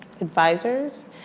advisors